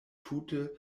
tute